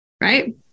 Right